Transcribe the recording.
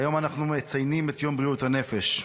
היום אנחנו מציינים את יום בריאות הנפש.